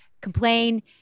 complain